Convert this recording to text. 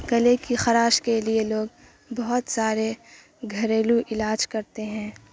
گلے کی خراش کے لیے لوگ بہت سارے گھریلو علاج کرتے ہیں